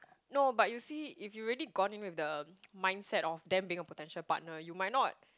no but you see if you really gone into the mindset of them being a potential partner you might not